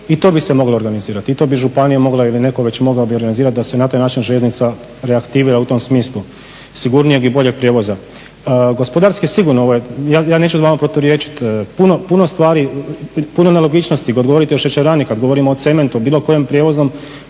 i to bi se moglo organizirat i to bi županija mogla ili neko već mogao bi organizirat da se na taj način željeznica reaktivira u tom smislu sigurnijeg i boljeg prijevoza. Gospodarski je sigurno, ja neću vama proturječit, puno stvari, puno nelogičnosti kad govorite o šećerani, kad govorimo o cementu, bilo kojem prijevozu,